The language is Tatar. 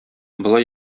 болай